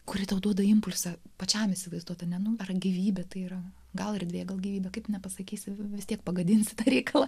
kuri tau duoda impulsą pačiam įsivaizduoti a ne nu ar gyvybė tai yra gal erdvė gal gyvybė kaip nepasakysi vis tiek pagadinsi tą reikalą